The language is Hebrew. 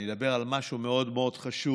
אני אדבר על משהו מאוד מאוד חשוב.